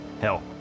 Hell